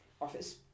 office